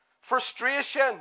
frustration